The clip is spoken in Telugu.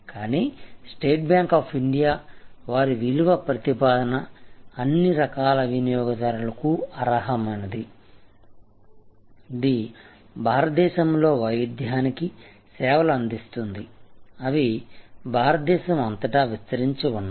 కానీ స్టేట్ బ్యాంక్ ఆఫ్ ఇండియా వారి విలువ ప్రతిపాదన అన్ని రకాల వినియోగదారులకు అర్హమైనది ఇది భారతదేశంలో వైవిధ్యానికి సేవలు అందిస్తుంది అవి భారతదేశం అంతటా విస్తరించి ఉన్నాయి